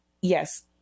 yes